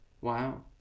Wow